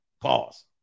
Pause